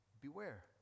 beware